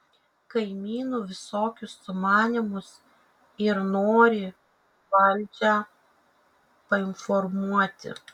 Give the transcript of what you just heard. kaimynų visokius sumanymus ir norį valdžią painformuoti